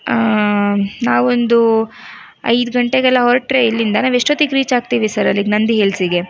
ನಾವೊಂದು ಐದು ಗಂಟೆಗೆಲ್ಲ ಹೊರಟರೆ ಇಲ್ಲಿಂದ ನಾವು ಎಷ್ಟೊತ್ತಿಗೆ ರೀಚ್ ಆಗ್ತೀವಿ ಸರ್ ಅಲ್ಲಿಗೆ ನಂದಿ ಹಿಲ್ಸಿಗೆ